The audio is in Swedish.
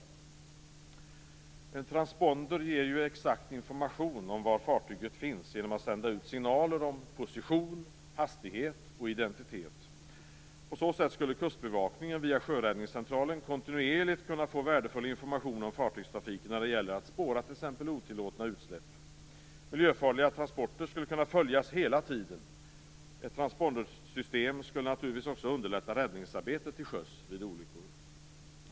En transponder ger exakt information om var fartyget finns genom att sända ut signaler om position, hastighet och identitet. På så sätt skulle Kustbevakningen via Sjöräddningscentralen kontinuerligt kunna få värdefull information om fartygstrafiken när det gäller att spåra t.ex. otillåtna utsläpp. Miljöfarliga transporter skulle kunna följas hela tiden. Ett transpondersystem skulle naturligtvis också underlätta räddningsarbetet vid olyckor till sjöss.